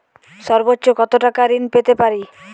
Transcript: সর্বোচ্চ কত টাকা ঋণ পেতে পারি?